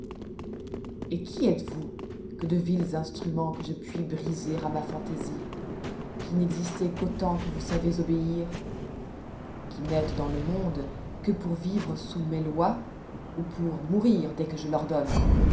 et qui êtes-vous que de vils instruments que je puis briser à ma fantaisie qui n'existez qu'autant que vous savez obéir qui n'êtes dans le monde que pour vivre sous mes lois ou pour mourir dès que je l'ordonne